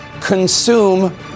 consume